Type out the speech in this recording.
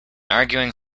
arguing